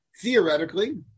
theoretically